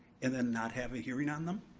and then not have a hearing on them?